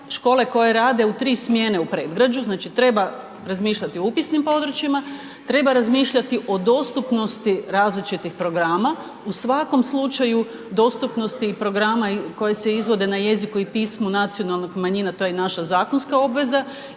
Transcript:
škole koje rade u tri smjene u predgrađu, znači treba razmišljati o upisnim područjima, treba razmišljati o dostupnosti različitih programa. U svakom slučaju dostupnosti i programa koji se izvode na jeziku i pismu nacionalnih manjina to je naša zakonska obveza